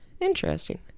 Interesting